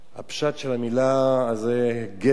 הפשט של המלה זה גזל.